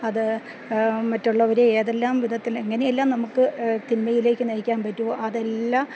അത് മറ്റുള്ളവരെ ഏതെല്ലാം വിധത്തിൽ എങ്ങനെയെല്ലാം നമുക്ക് തിന്മയിലേക്ക് നയിക്കാൻ പറ്റുമോ അതെല്ലാം